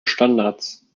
standards